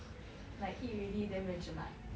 like eat already then very jelak